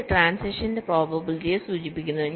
ഇത് ട്രാന്സിഷൻസിന്റെ പ്രോബബിലിറ്റിയെ സൂചിപ്പിക്കുന്നു